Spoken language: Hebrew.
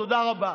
תודה רבה.